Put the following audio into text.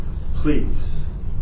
please